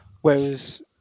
whereas